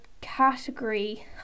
category